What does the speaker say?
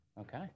Okay